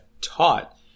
taught